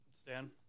Stan